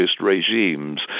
regimes